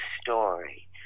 story